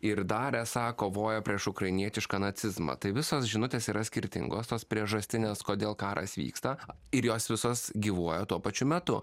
ir dar esą kovoja prieš ukrainietišką nacizmą tai visos žinutės yra skirtingos tos priežastinės kodėl karas vyksta ir jos visos gyvuoja tuo pačiu metu